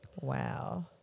Wow